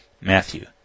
Matthew